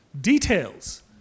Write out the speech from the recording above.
Details